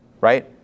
Right